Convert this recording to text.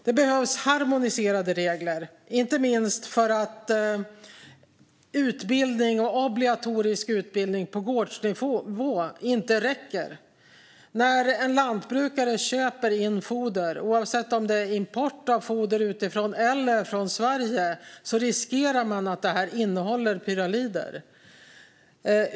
Det behövs harmoniserade regler, inte minst för att utbildning och obligatorisk utbildning på gårdsnivå inte räcker. När en lantbrukare köper in foder, oavsett om det är import av foder utifrån eller foder från Sverige, riskerar man att det innehåller pyralider.